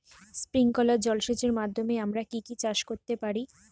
Sprinkler জলসেচের মাধ্যমে আমরা কি কি চাষ করতে পারি?